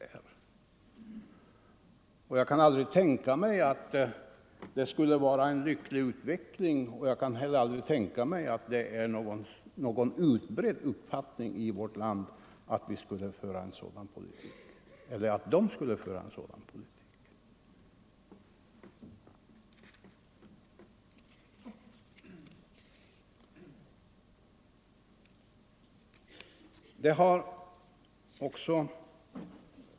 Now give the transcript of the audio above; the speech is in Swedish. Jag kan inte tänka mig och jag tror inte heller att det är en utbredd uppfattning i vårt land att det skulle vara en lycklig utveckling i Vietnam att man där förde en sådan politik.